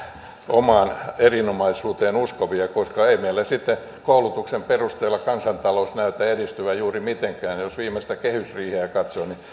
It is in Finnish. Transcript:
omaan erinomaisuuteen uskovia koska ei meillä sitten koulutuksen perusteella kansantalous näytä edistyvän juuri mitenkään jos viimeistä kehysriiheä katsoo niin